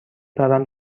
دارم